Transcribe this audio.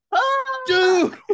Dude